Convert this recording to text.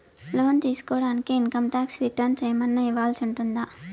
లోను తీసుకోడానికి income tax returns ఏమన్నా ఇవ్వాల్సి ఉంటుందా